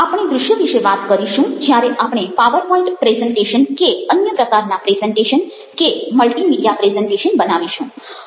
આપણે દ્રશ્ય વિશે વાત કરીશું જ્યારે આપણે પાવરપોઇન્ટ પ્રેઝન્ટેશન કે અન્ય પ્રકારના પ્રેઝન્ટેશન કે મલ્ટીમીડિયા પ્રેઝન્ટેશન બનાવીશું